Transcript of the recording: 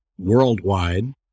worldwide